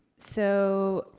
so,